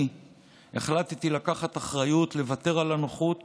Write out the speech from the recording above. אני החלטתי לקחת אחריות, לוותר על הנוחות